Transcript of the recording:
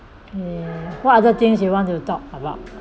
what other things you want to talk about